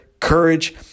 courage